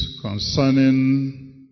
concerning